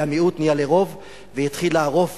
והמיעוט נהיה לרוב והתחיל לערוף